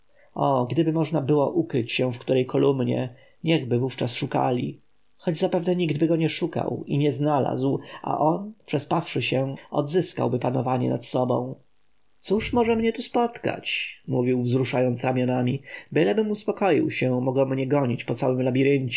o gdyby można było ukryć się w której kolumnie niechby wówczas szukali choć zapewne niktby go nie szukał i nie znalazł a on przespawszy się odzyskałby panowanie nad sobą cóż mnie tu może spotkać mówił wzruszając ramionami bylebym uspokoił się mogą mnie gonić po całym